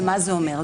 ומה זה אומר?